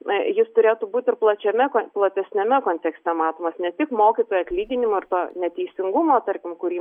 na jis turėtų būti ir plačiame platesniame kontekste matomas ne tik mokytojų atlyginimų ir to neteisingumo tarp kurį